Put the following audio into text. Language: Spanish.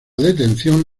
detención